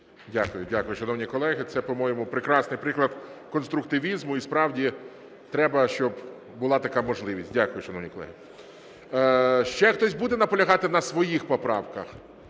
Дякую. Дякую, шановні колеги. Це, по-моєму, прекрасний приклад конструктивізму, і справді треба, щоб була така можливість. Дякую, шановні колеги. Ще хтось буде наполягати на своїх поправках?